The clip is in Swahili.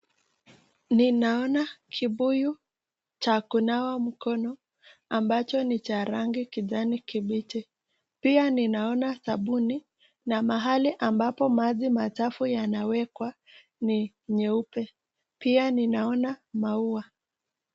Ninaona kibuyu cha kunawa mkono, ambacho ni cha rangi kijani kibichi. Pia ninaona sabuni na mahali ambapo maji machafu yanawekwa ni nyeupe, pia ninaona maua.